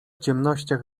ciemnościach